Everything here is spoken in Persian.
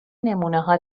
نمونهها